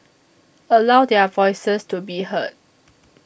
allow their voices to be heard